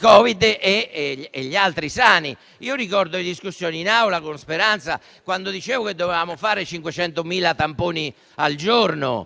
Covid e gli altri sani. Io ricordo le discussioni in Aula con il ministro Speranza, quando dicevo che dovevamo fare 500.000 tamponi al giorno,